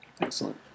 Excellent